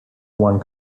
one